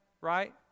right